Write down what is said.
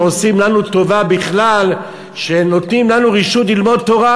שעושים לנו טובה בכלל שנותנים לנו רשות ללמוד תורה.